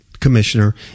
Commissioner